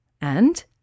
And